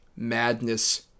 madness